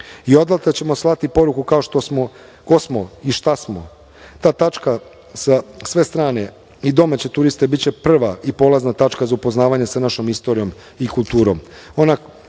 Odatle ćemo slati poruku ko smo i šta smo. Ta tačka sa sve strane i domaće turiste biće prva i polazna tačka za upoznavanje sa našom istorijom i kulturom,